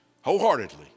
wholeheartedly